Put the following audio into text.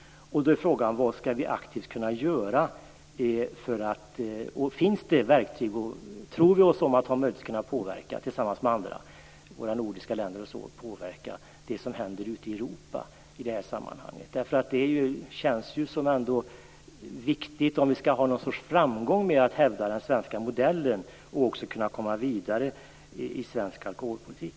Vad skall vi aktivt göra? Finns det verktyg? Tror socialministern att vi tillsammans med våra nordiska grannländer kan påverka vad som händer i Europa? Det känns viktigt om vi skall ha framgång i att hävda den svenska modellen och också komma vidare i svensk alkoholpolitik.